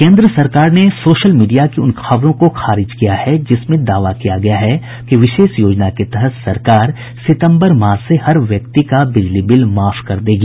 केन्द्र सरकार ने सोशल मीडिया की उन खबरों को खारिज किया है जिसमें दावा किया गया है कि विशेष योजना के तहत सरकार सितम्बर माह से हर एक व्यक्ति का बिजली बिल माफ कर देगी